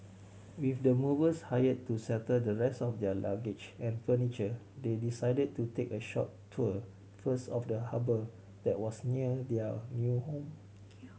with the movers hired to settle the rest of their luggage and furniture they decided to take a short tour first of the harbour that was near their new home